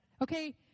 Okay